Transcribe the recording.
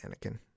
Anakin